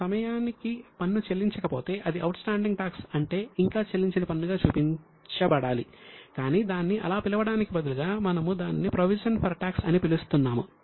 నేను సమయానికి పన్ను చెల్లించకపోతే అది అవుట్ స్టాండింగ్ టాక్స్ అంటే ఇంకా చెల్లించని పన్నుగా చూపించబడాలి కాని దాన్ని అలా పిలవడానికి బదులుగా మనము దానిని ప్రొవిజన్ ఫర్ టాక్స్ అని పిలుస్తున్నాము